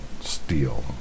steel